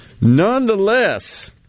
nonetheless